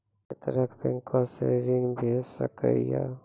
ऐ तरहक बैंकोसऽ ॠण भेट सकै ये?